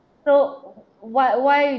so what why